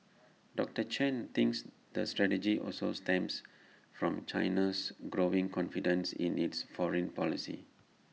doctor Chen thinks the strategy also stems from China's growing confidence in its foreign policy